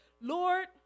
Lord